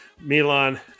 Milan